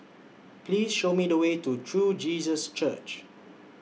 Please Show Me The Way to True Jesus Church